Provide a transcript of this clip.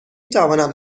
توانم